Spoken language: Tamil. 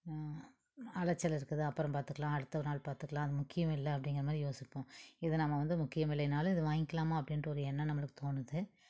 அலைச்சல் இருக்குது அப்புறம் பார்த்துக்கலாம் அடுத்தநாள் பார்த்துக்கலாம் அது முக்கியம் இல்லை அப்படிங்கிறமாரி யோசிப்போம் இதை நாம் வந்து முக்கியமில்லைனாலும் இதை வாங்கிக்கலாமா அப்படின்ற ஒரு எண்ணம் நம்மளுக்கு தோணுது